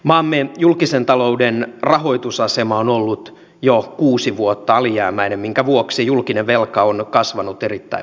maamme julkisen talouden rahoitusasema on ollut jo kuusi vuotta alijäämäinen minkä vuoksi julkinen velka on kasvanut erittäin